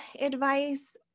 advice